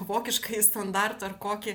vokiškąjį standartą ar kokį